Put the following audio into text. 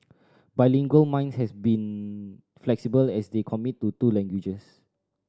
bilingual minds has been flexible as they commit to two languages